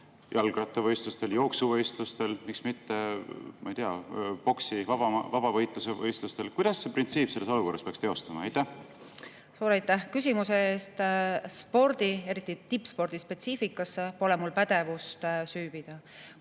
jalgrattavõistlustel, jooksuvõistlustel, ma ei tea, poksi‑, või vabavõitluse võistlustel? Kuidas see printsiip selles olukorras peaks teostuma? Suur aitäh küsimuse eest! Spordi, eriti tippspordi spetsiifikasse pole mul pädevust süüvida.